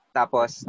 tapos